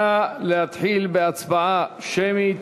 נא להתחיל בהצבעה שמית.